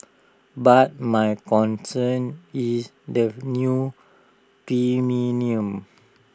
but my concern is the new premiums